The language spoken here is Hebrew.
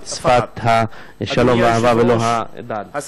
שפת השלום והאהבה ולא הדם.) אדוני היושב-ראש,